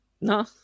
No